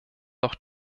doch